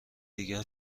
دیگر